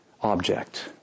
object